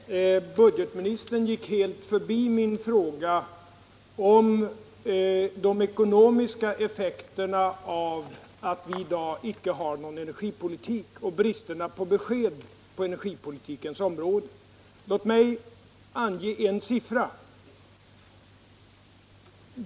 Herr talman! Budgetministern gick helt förbi min fråga om de ekonomiska effekterna av att vi i dag inte har någon energipolitik och inte får något besked på energipolitikens område. Låt mig ange en siffra.